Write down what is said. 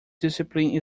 discipline